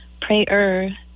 prayer